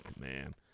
man